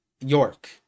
york